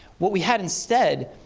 what we had instead,